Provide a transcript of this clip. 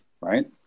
right